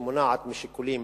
שמונעת משיקולים